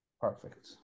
Perfect